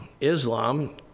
Islam